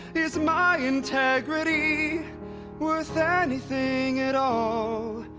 is my integrity worth ah anything at all?